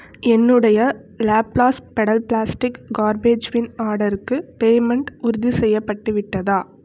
என்னுடைய லாப்ளாஸ்ட் pedal plastic garbage bin ஆர்டருக்கு பேமெண்ட் உறுதி செய்யப்பட்டு விட்டதா